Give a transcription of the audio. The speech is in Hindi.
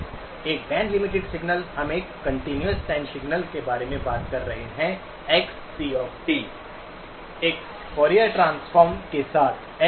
एक बैंड लिमिटेड सिग्नल हम एक कंटीन्यूअस टाइम सिग्नल के बारे में बात कर रहे हैं Xc एक फॉरिएर ट्रांसफॉर्म के साथ XcjΩ